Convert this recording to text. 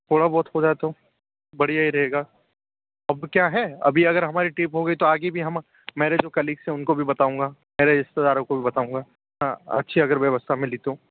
थोड़ा बहुत हो जाए तो बढ़िया ही रहेगा अब क्या है अभी अगर हमारी ट्रिप होगी तो आगे भी हम मेरे जो है उनको भी बताऊंगा मेरे रिश्तेदार है उनको भी बताऊंगा अच्छी अगर व्यवस्था मिली तो